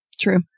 True